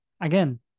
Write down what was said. again